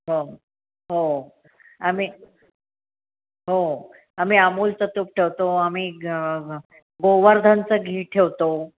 हो हो आम्ही हो आम्ही आमूलचं तूप ठेवतो आम्ही ग गोवर्धनचं घी ठेवतो